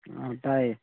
ꯑꯥ ꯇꯥꯏꯌꯦ